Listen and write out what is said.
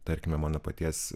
tarkime mano paties